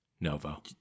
Novo